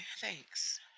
thanks